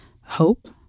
hope